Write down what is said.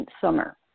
Summer